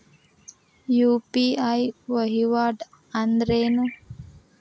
UPI ವಹಿವಾಟ್ ಅಂದ್ರೇನು?